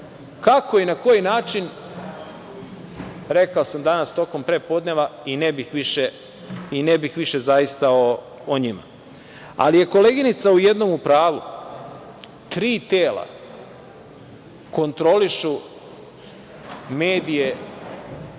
Kako i na koji način, rekao sam danas tokom prepodneva i ne bih više, zaista, o njima. Koleginica je u jednom u pravu, tri tela kontrolišu medije